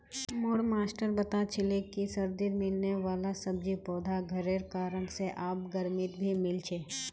मोर मास्टर बता छीले कि सर्दित मिलने वाला सब्जि पौधा घरेर कारण से आब गर्मित भी मिल छे